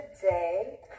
today